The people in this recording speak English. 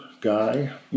guy